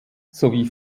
sowie